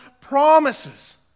promises